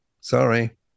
sorry